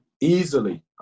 Easily